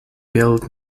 build